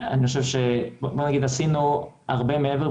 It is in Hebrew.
בואי נגיד שעשינו הרבה מעבר,